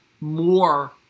more